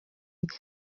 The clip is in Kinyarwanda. yacu